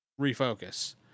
refocus